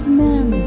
men